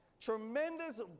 tremendous